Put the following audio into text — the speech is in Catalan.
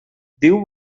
diu